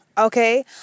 Okay